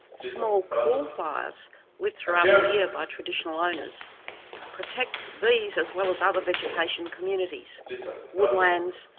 small cool fires lit throughout the year by traditional owners protect these as well as other vegetation communities woodlands,